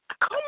Come